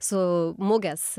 su mugės